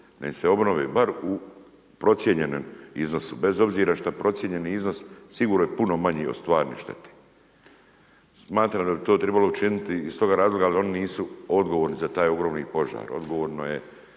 Da im se obnovi, barem u procijenjenom iznosu, bez obzira što je procijenjeni iznos sigurno je puno manji od stvarne štete. Smatram da bi to trebalo učiniti iz toga razloga, ali oni nisu odgovorni za taj ogromni požar, odgovorno je